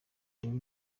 daily